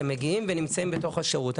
שמגיעים ונמצאים בתוך השירות.